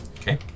Okay